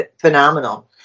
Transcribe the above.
phenomenal